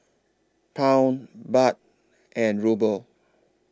Pound Baht and Ruble